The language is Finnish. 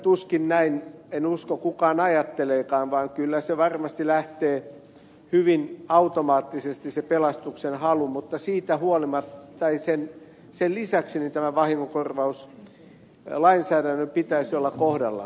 tuskin näin en usko kukaan ajatteleekaan vaan kyllä se varmasti lähtee hyvin automaattisesti se pelastuksen halu mutta sen lisäksi tämän vahingonkorvauslainsäädännön pitäisi olla kohdallaan